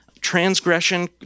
transgression